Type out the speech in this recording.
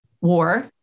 war